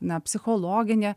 na psichologinį